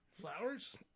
Flowers